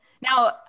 Now